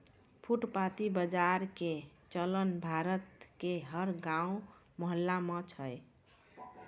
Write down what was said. फुटपाती बाजार के चलन भारत के हर गांव मुहल्ला मॅ छै